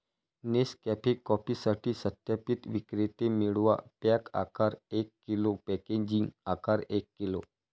Nescafe कॉफीसाठी सत्यापित विक्रेते मिळवा, पॅक आकार एक किलो, पॅकेजिंग आकार एक किलो